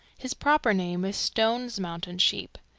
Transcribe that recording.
his proper name is stone's mountain sheep.